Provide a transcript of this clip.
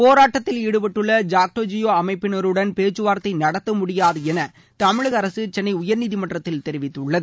போராட்டத்தில் ஈடுபட்டுள்ள ஜாக்டோஜியோ அமைப்பினருடன் பேச்சுவார்த்தை நடத்த முடியாது என தமிழக அரசு சென்னை உயா்நீதிமன்றத்தில் தெரிவித்துள்ளது